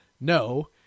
no